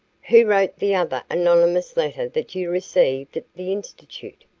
who wrote the other anonymous letter that you received at the institute?